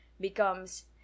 becomes